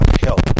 help